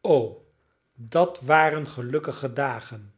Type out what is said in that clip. o dat waren gelukkige dagen